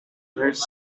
best